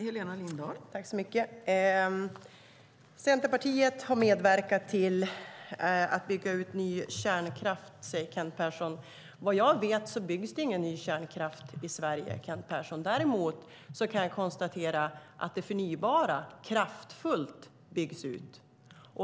Fru talman! Centerpartiet har medverkat till att bygga ut ny kärnkraft, säger Kent Persson. Vad jag vet byggs det ingen ny kärnkraft i Sverige, Kent Persson. Däremot kan jag konstatera att det förnybara kraftfullt byggs ut.